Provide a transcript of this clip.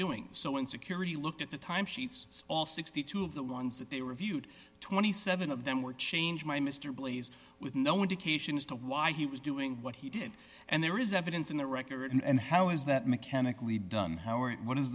doing so when security looked at the time sheets all sixty two of the ones that they reviewed twenty seven of them were changed by mr billy's with no indication as to why he was doing what he did and there is evidence in the record and how is that mechanically done how or what is